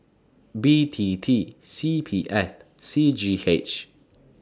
B T T C P F C G H